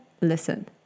listen